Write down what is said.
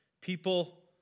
People